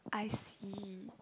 I see